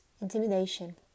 intimidation